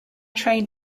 train